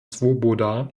swoboda